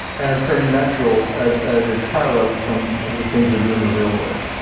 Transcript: and very natural as as it parallels some of the things we do in the real world.